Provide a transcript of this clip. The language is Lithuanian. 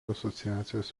asociacijos